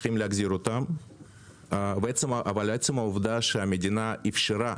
צריכים להחזיר אותם אבל עצם העובדה שהמדינה אפשרה